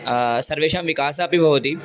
सर्वेषां विकासः अपि भवति